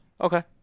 Okay